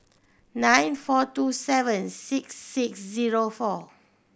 nine four two seven six six zero four